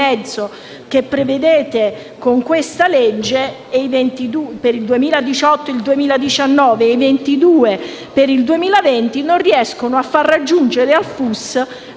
che prevedete con questa legge per il 2018-2019 e i 22 che prevedete per il 2020 non riescono a far raggiungere al FUS,